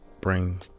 bring